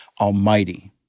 Almighty